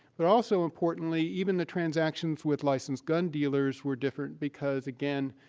but also importantly, even the transactions with licensed gun dealers were different because, again,